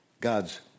God's